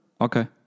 Okay